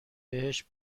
بهش